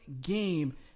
game